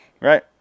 right